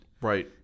Right